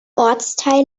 ortsteil